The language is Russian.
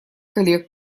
коллег